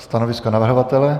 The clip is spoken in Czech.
Stanovisko navrhovatele?